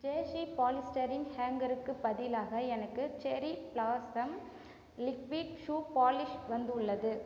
JC polystyrene ஹேங்கருக்கு பதிலாக எனக்கு cherry blossom liquid shoe polish வந்துள்ளது